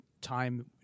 time